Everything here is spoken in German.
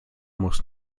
muss